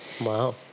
Wow